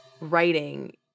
writing